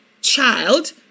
child